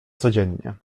codziennie